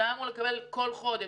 שהיה אמור לקבל כסף בכל חודש,